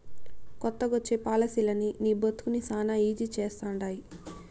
కొత్తగొచ్చే పాలసీలనీ నీ బతుకుని శానా ఈజీ చేస్తండాయి